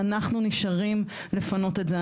ואנחנו נשארים לפנות את זה.